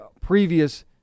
previous